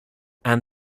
han